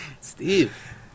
Steve